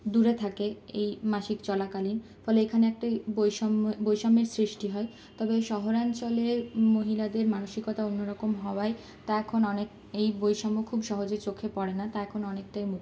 দূরে থাকে এই মাসিক চলাকালীন ফলে এখানে একটি বৈষম্য বৈষম্যের সৃষ্টি হয় তবে শহরাঞ্চলের মহিলাদের মানসিকতা অন্যরকম হওয়ায় তা এখন অনেক এই বৈষম্য খুব সহজেই চোখে পড়ে না তা এখন অনেকটাই মুক্ত